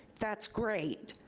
that's great,